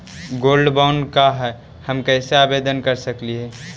Gold bond का है, हम कैसे आवेदन कर सकली ही?